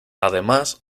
además